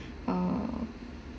uh